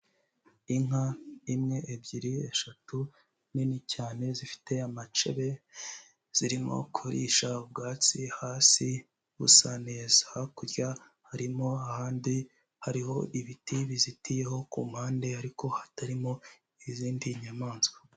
Inka imwe ebyiri eshatu nini cyane zifite amacebe, zirimo kurisha ubwatsi hasi busa neza, hakurya harimo ahandi hariho ibiti bizitiyeho ku mpande ariko hatarimo izindi nyamaswa.